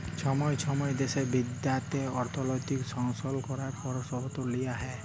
ছময় ছময় দ্যাশে বিদ্যাশে অর্থলৈতিক সংশধল ক্যরার পরসতাব লিয়া হ্যয়